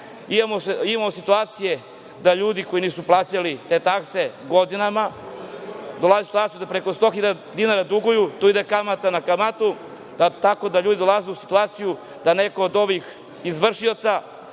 Imamo situacije da ljudi koji nisu plaćali te takse godinama dolaze u situaciju da preko 100.000 dinara duguju, tu ide kamata na kamatu, tako da ljudi dolaze u situaciju da neko od ovih izvršioca